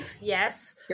Yes